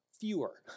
fewer